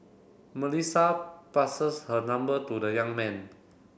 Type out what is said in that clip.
Melissa passes her number to the young man